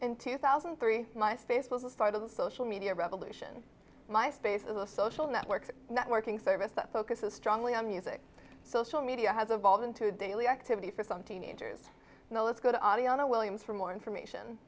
in two thousand and three my space was the start of the social media revolution my space little social network networking service that focuses strongly on music social media has evolved into a daily activity for some teenagers now let's go to audio williams for more information